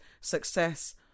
success